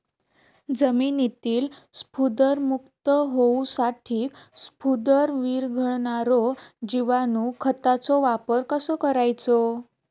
जमिनीतील स्फुदरमुक्त होऊसाठीक स्फुदर वीरघळनारो जिवाणू खताचो वापर कसो करायचो?